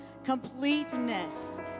completeness